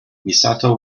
misato